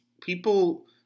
People